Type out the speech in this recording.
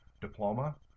diploma